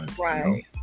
Right